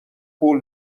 پول